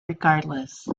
regardless